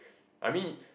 I mean